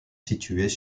situées